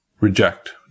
reject